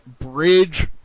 bridge